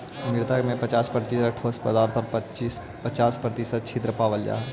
मृदा में पच्चास प्रतिशत ठोस पदार्थ आउ पच्चास प्रतिशत छिद्र पावल जा हइ